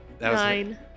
Nine